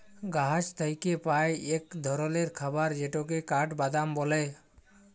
গাহাচ থ্যাইকে পাই ইক ধরলের খাবার যেটকে কাঠবাদাম ব্যলে